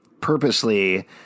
purposely